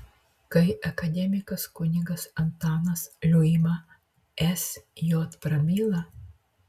kai akademikas kunigas antanas liuima sj prabyla